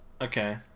Okay